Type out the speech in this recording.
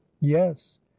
yes